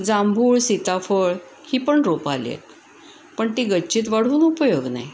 जांभूळ सीताफळ ही पण रोपं आली आहेत पण ती गच्चीत वाढून उपयोग नाही